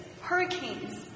hurricanes